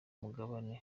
mugabane